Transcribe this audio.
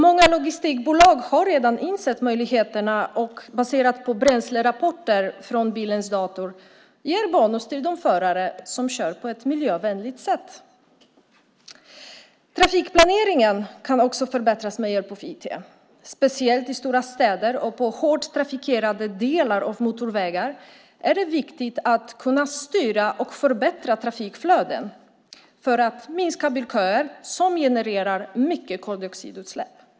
Många logistikbolag har redan insett möjligheterna, och baserat på bränslerapporter från bilens dator ger de bonus till de förare som kör på ett miljövänligt sätt. Trafikplaneringen kan också förbättras med hjälp av IT. Speciellt i stora städer och på hårt trafikerade delar av motorvägar är det viktigt att kunna styra och förbättra trafikflöden för att minska bilköer som generar mycket koldioxidutsläpp.